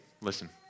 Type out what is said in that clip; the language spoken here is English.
listen